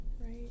right